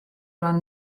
ran